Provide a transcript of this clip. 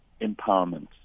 empowerment